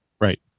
Right